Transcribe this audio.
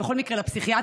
בכל מקרה לפסיכיאטריה,